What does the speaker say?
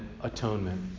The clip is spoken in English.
atonement